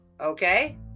okay